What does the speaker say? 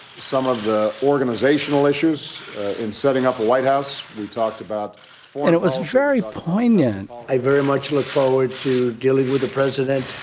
some of the organizational issues in setting up the white house. we talked about. and it was very poignant i very much look forward to dealing with the president